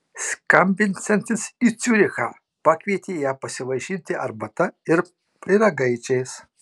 skambinsiantis į ciurichą pakvietė ją pasivaišinti arbata ir pyragaičiais